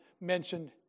mentioned